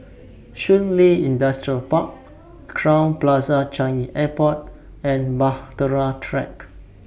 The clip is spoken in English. Shun Li Industrial Park Crowne Plaza Changi Airport and Bahtera Track